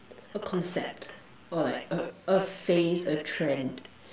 a concept or like a a phase a trend